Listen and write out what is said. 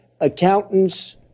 accountants